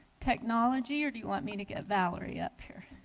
technology, or do you want me to get valerie up here?